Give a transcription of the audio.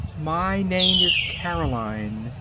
my name is caroline,